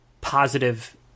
positive